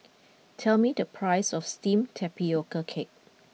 tell me the price of Steamed Tapioca Cake